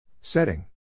Setting